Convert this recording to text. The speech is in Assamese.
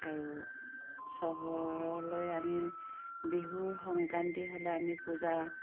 আৰু চহৰলৈ আমি বিহুৰ সংক্ৰান্তি হ'লে আমি পূজা